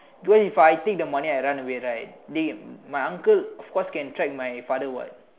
because if I take the money I run away right they my uncle of course can track my father what